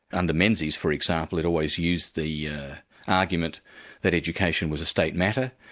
under menzies for example, it always used the yeah argument that education was a state matter,